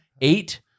Eight